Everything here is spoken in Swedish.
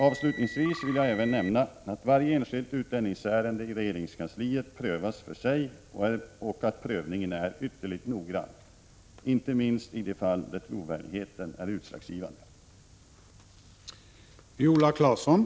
Avslutningsvis vill jag även nämna att varje enskilt utlänningsärende i regeringskansliet prövas för sig och att prövningen är ytterligt noggrann, inte minst i de fall där trovärdigheten är utslagsgivande.